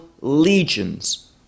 legions